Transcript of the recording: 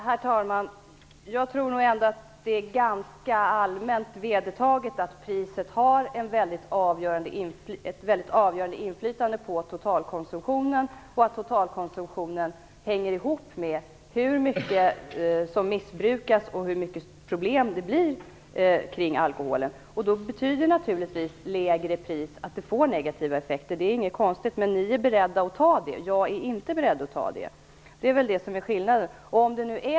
Herr talman! Jag tror att det är allmänt vedertaget att priset har ett avgörande inflytande på totalkonsumtionen. Totalkonsumtionen hänger ihop med hur mycket som missbrukas och hur mycket problem det blir kring alkoholen. Då får naturligtvis lägre pris negativa effekter. Det är inget konstigt. Ni är beredda att ta det. Jag är inte beredd att göra det. Det är det som är skillnaden.